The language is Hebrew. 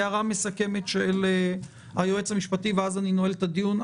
של היועץ המשפטי ואז אני נועל את הדיון.